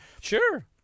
Sure